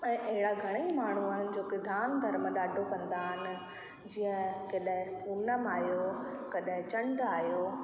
ऐं अहिड़ा घणेई माण्हू आहिनि जोकी दान धर्म ॾाढो कंदा आहिनि जीअं केडांहुं ओणम आहियो कॾहिं चंडु आहियो